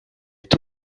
est